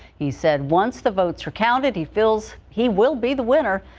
he said once the votes are counted. he feels he will be the winner.